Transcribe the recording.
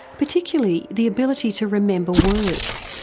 particularly the ability to remember words.